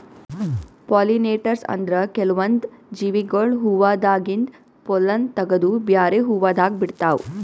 pollinators ಅಂದ್ರ ಕೆಲ್ವನ್ದ್ ಜೀವಿಗೊಳ್ ಹೂವಾದಾಗಿಂದ್ ಪೊಲ್ಲನ್ ತಗದು ಬ್ಯಾರೆ ಹೂವಾದಾಗ ಬಿಡ್ತಾವ್